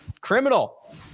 Criminal